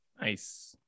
Nice